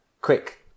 quick